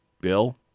Bill